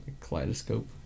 Kaleidoscope